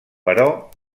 però